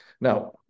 Now